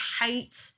hate-